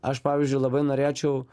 aš pavyzdžiui labai norėčiau